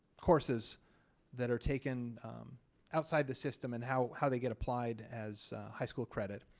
courses that are taken outside the system and how how they get applied as high school credit.